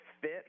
fit